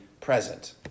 present